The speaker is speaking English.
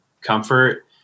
comfort